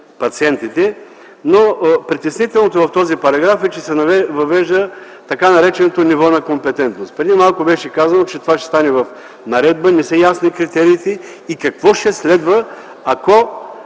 пациентите, но притеснителното в този параграф е, че се въвежда така нареченото ниво на компетентност. Преди малко беше казано, че това ще стане в наредба. Не са ясни критериите и какво ще следва, ако